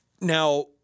now